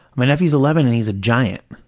my nephew is eleven and he's a giant.